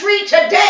today